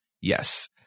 Yes